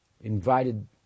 invited